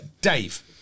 Dave